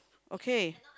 okay